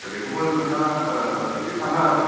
बेखौबो नोंथाङा इसे साननो हागोन